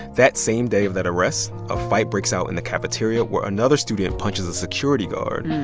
that same day of that arrest, a fight breaks out in the cafeteria where another student punches a security guard.